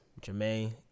jermaine